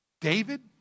David